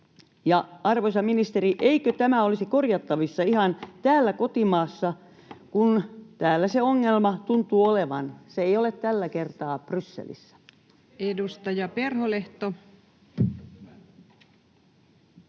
Arvoisa ministeri, eikö tämä olisi korjattavissa ihan täällä kotimaassa, kun täällä se ongelma tuntuu olevan? Se ei ole tällä kertaa Brysselissä. Edustaja Perholehto.